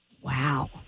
Wow